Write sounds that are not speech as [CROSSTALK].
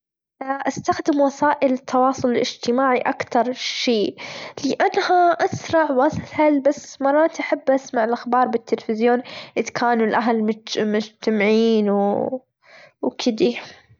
[HESITATION] استخدم وسائل التواصل الإجتماعي أكتر شي لأنها أسرع، وأسهل بس مرات أحب أسمع الأخبار بالتلفزيون إذ كان الأهل مج- مجتمعين و [HESITATION] وكدي.